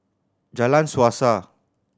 Jalan Suasa